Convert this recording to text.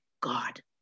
God